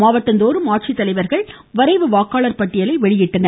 மாவட்டந்தோறும் ஆட்சித்தலைவர்கள் வரைவு வாக்காளர் பட்டியலை வெளியிட்டனர்